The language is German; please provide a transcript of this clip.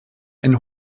ein